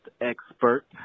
expert